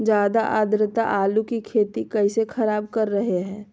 ज्यादा आद्रता आलू की खेती कैसे खराब कर रहे हैं?